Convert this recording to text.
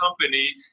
company